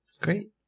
Great